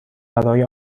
برای